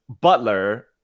Butler